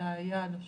זה היה על השולחן,